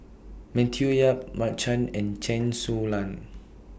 Matthew Yap Mark Chan and Chen Su Lan